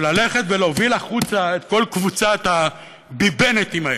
וללכת ולהוביל החוצה את כל קבוצת הביבנטים האלה.